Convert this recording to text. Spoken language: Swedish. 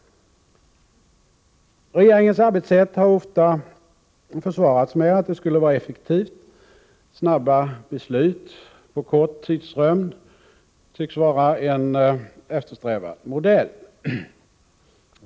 Regeringens arbetssätt har ofta försvarats med att det skulle vara effektivt. Snabba beslut på kort tidsrymd tycks vara en eftersträvad modell.